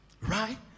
Right